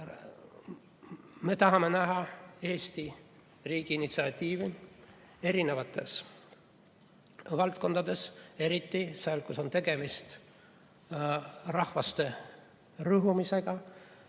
Me tahame näha Eesti riigi initsiatiivi erinevates valdkondades, eriti seal, kus on tegemist rahvaste rõhumisega,